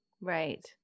Right